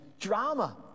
drama